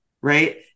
right